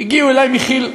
הגיעו אלי מכי"ל,